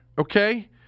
okay